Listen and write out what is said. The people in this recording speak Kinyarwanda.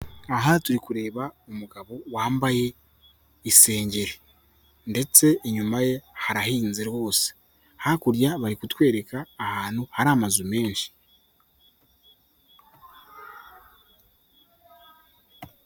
Aha turi kureba umugabo wambaye isengeri ndetse inyuma ye harahinze rwose, hakurya bari kutwereka ahantu hari amazu menshi.